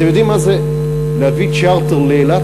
אתם יודעים מה זה להביא צ'רטר לאילת,